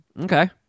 Okay